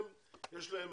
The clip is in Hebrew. הם יש להם,